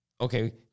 okay